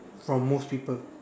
from most people